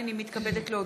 הנני מתכבדת להודיעכם,